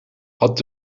had